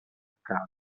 accade